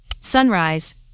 sunrise